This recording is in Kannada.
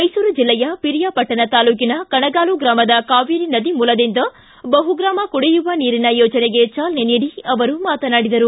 ಮೈಸೂರು ಜಿಲ್ಲೆಯ ಪಿರಿಯಾಪಟ್ಟಣ ತಾಲೂಕಿನ ಕಣಗಾಲು ಗ್ರಾಮದ ಕಾವೇರಿ ನದಿ ಮೂಲದಿಂದ ಬಹುಗ್ರಾಮ ಕುಡಿಯುವ ನೀರಿನ ಯೋಜನೆಗೆ ಚಾಲನೆ ನೀಡಿ ಅವರು ಮಾತನಾಡಿದರು